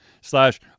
slash